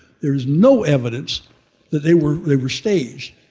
there's no evidence that they were they were staged.